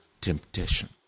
temptation